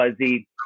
fuzzy